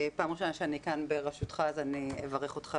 פעם ראשונה שאני בוועדה בראשותך ואני אברך אותך